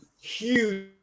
huge